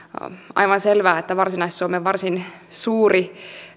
aivan selvää että varsinais suomen varsin suuri